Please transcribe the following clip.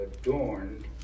adorned